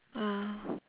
ah